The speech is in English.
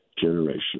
generation